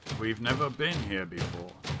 we've never been here before.